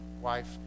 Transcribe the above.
wife